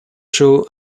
show